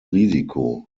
risiko